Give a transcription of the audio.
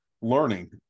learning